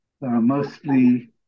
mostly